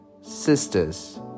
sisters